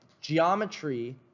geometry